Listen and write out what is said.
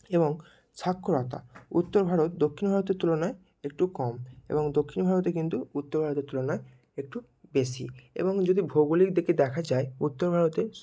এবং সাক্ষরতা উত্তর ভারত দক্ষিণ ভারতের তুলনায় একটু কম এবং দক্ষিণ ভারতে কিন্তু উত্তর ভারতের তুলনায় একটু বেশি এবং যদি ভৌগোলিক দিকে দেখা যায় উত্তর ভারতে